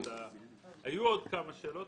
היו עוד כמה שאלות,